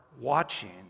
watching